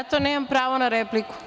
Zašto nemam pravo na repliku?